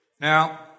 Now